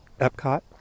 Epcot